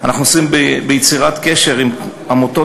אנחנו עסוקים ביצירת קשר עם עמותות